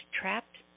trapped